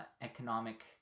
economic